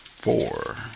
four